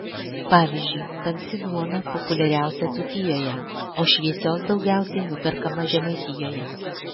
pavyzdžiui tamsi duona populiariausia dzūkijoje o šviesios daugiausiai nuperkama žemaitijoje